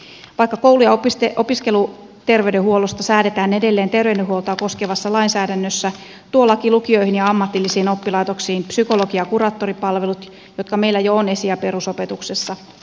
vaikka koulu ja opiskeluterveydenhuollosta säädetään edelleen terveydenhuoltoa koskevassa lainsäädännössä tuo laki lukioihin ja ammatillisiin oppilaitoksiin psykologi ja kuraattoripalvelut jotka meillä jo on esi ja perusopetuksessa